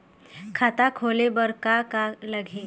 खाता खोले बर का का लगही?